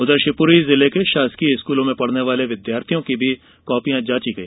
उधर शिवपुरी जिले के शासकीय स्कूलों में पढ़ने वाले विद्यार्थियों की कॉपियां जांची गई